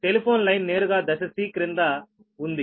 telephone line నేరుగా దశ C క్రింద ఉంది